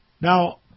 Now